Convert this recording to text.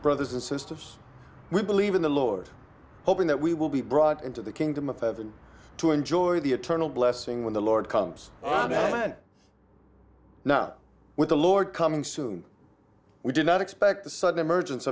brothers and sisters we believe in the lord hoping that we will be brought into the kingdom of heaven to enjoy the eternal blessing when the lord comps i'm madeleine not with the lord coming soon we do not expect the sudden emergenc